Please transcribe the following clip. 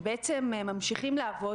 ובעצם ממשיכים לעבוד,